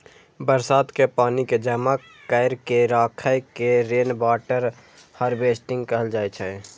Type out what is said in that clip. बरसात के पानि कें जमा कैर के राखै के रेनवाटर हार्वेस्टिंग कहल जाइ छै